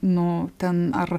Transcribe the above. nu ten ar